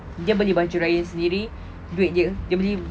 dia beli baju raya sendiri duit dia dia beli